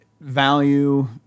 value